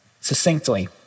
succinctly